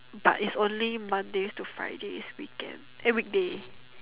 but is only Mondays to Fridays weekend eh weekday